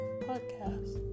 podcast